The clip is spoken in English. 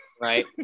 right